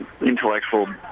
intellectual